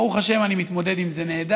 ברוך השם, אני מתמודד עם זה נהדר.